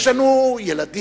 יש לנו ילדים,